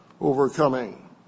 overcoming